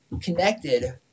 connected